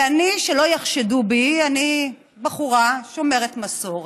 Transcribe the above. ואני, שלא יחשדו בי, אני בחורה שומרת מסורת.